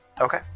Okay